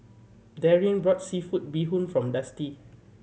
Darrien brought seafood bee hoon from Dusty